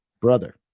brother